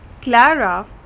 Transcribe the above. Clara